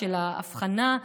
לאבחנה,